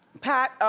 pat,